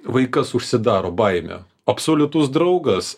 vaikas užsidaro baimė absoliutus draugas